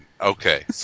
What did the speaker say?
Okay